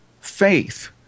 faith